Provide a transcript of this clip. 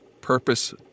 purpose